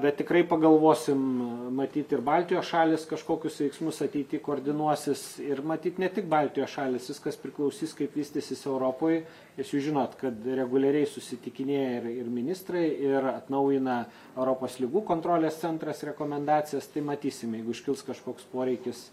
bet tikrai pagalvosim matyt ir baltijos šalys kažkokius veiksmus ateity koordinuosis ir matyt ne tik baltijos šalys viskas priklausys kaip vystysis europoj nes jūs žinot kad reguliariai susitikinėja ir ir ministrai ir atnaujina europos ligų kontrolės centras rekomendacijas tai matysim jeigu iškils kažkoks poreikis